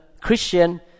Christian